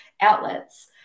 outlets